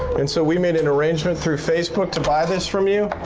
and so we made an arrangement through facebook to buy this from you.